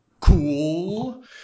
Cool